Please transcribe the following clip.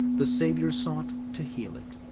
the saviour sought to heal it.